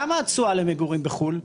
כמה התשואה למגורים בחו"ל?